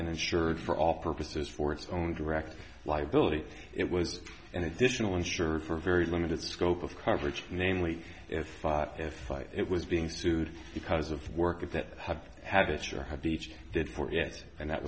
insured for all purposes for its own direct liability it was an additional insurer for a very limited scope of coverage namely if five it was being sued because of work if that had have it your have each did for it and that